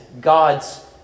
God's